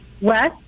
West